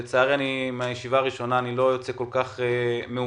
לצערי, מהישיבה הראשונה אני לא יוצא כל כך מעודד,